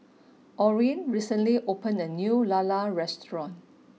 Orren recently opened a new Lala Restaurant